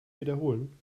wiederholen